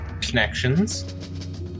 connections